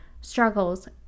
struggles